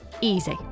Easy